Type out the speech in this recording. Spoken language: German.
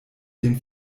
den